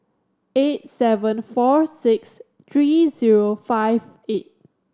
eight seven four six three zero five eight